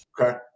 Okay